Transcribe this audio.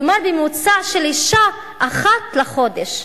כלומר, זה ממוצע של אשה אחת לחודש.